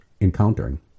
encountering